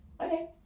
Okay